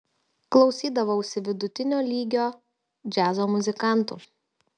klausydavausi vidutinio lygio džiazo muzikantų